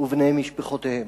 ובני משפחותיהם.